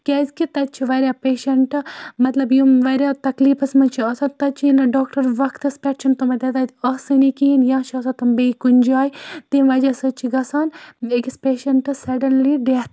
کیٛازِکہِ تَتہِ چھِ واریاہ پیشَنٹ مَطلب یِم واریاہ تکلیٖفَس منٛز چھِ آسان تَتہِ چھی نہٕ ڈاکٹَر وَقتَس پٮ۪ٹھ چھِنہٕ تِمَن تَتہِ آسٲنی کِہیٖنۍ یا چھِ آسان تِم بیٚیہِ کُنہِ جایہِ تَمہِ وَجہ سۭتۍ چھِ گَژھان أکِس پیشَنٹَس سَڈَنلی ڈٮ۪تھ